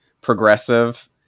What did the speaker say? progressive